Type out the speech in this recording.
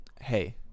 hey